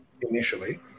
initially